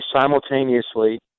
simultaneously